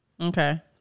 Okay